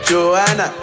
Joanna